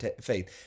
faith